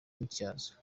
matyazo